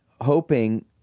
hoping